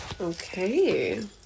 Okay